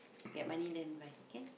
get my name then buy can